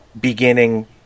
beginning